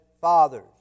fathers